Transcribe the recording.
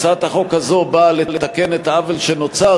הצעת חוק זו באה לתקן את העוול שנוצר